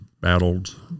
battled